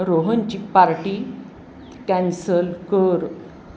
रोहनची party cancel कर